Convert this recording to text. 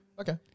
Okay